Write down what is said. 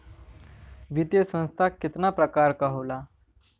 वित्तीय संस्था कितना प्रकार क होला?